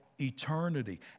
eternity